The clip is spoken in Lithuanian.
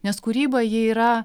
nes kūryba ji yra